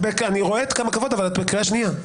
אני רואה כמה כבוד, ואת בקריאה שנייה.